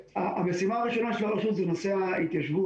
המשימה הראשונה של הרשות היא נושא ההתיישבות.